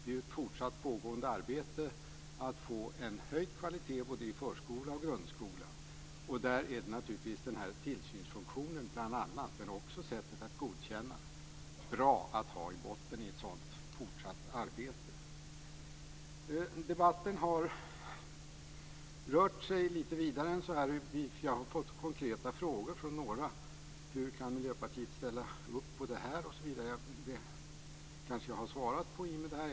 Det pågår ett fortsatt arbete på att få en kvalitetshöjning både i förskola och i grundskola, och som en bas för ett sådant fortsatt arbete är det bra att ha bl.a. den här tillsynsfunktionen och det här sättet att godkänna. Debatten har rört sig lite vidare än så här. Vi har fått konkreta frågor från några. Hur kan Miljöpartiet ställa sig bakom det här osv.? Jag har kanske i och med det här anförandet svarat på det.